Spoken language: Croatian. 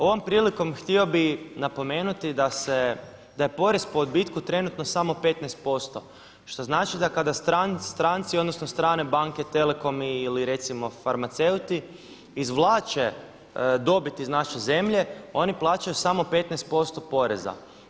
Ovom prilikom htio bih napomenuti da se, da je porez po odbitku trenutno samo 15% što znači da kada stranci, odnosno strane banke, telekomi ili recimo farmaceuti izvlače dobit iz naše zemlje oni plaćaju samo 15% poreza.